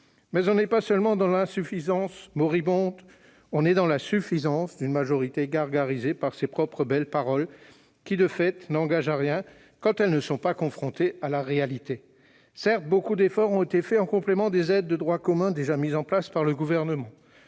ne sommes pas seulement dans l'insuffisance moribonde, nous sommes dans la suffisance d'une majorité gargarisée par de belles paroles qui n'engagent à rien quand elles ne sont pas confrontées à la réalité. Certes, de nombreux efforts ont été accomplis en complément des aides de droit commun déjà mises en place par le Gouvernement